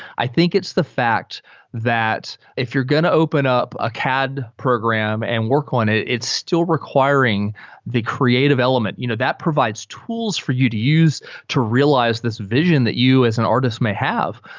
i think it's the fact that if you're going to open up a cad program and work on it, it's still requiring the creative element. you know that provides tools for you to use to realize this vision that you as an artist may have.